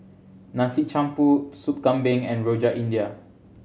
Nasi Campur Sup Kambing and Rojak India